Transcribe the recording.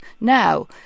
now